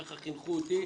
ככה חינכו אותי,